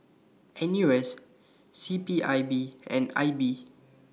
N U S C P I B and I B